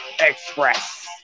Express